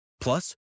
Plus